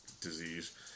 disease